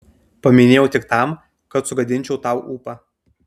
paminėjau tik tam kad sugadinčiau tau ūpą